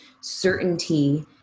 certainty